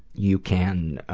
you can